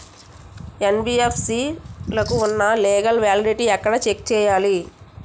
NBFC లకు ఉన్నా legal validity ఎక్కడ చెక్ చేయాలి?